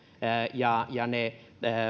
ja ja ne